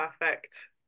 perfect